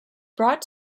brought